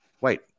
wait